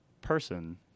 person